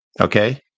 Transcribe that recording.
Okay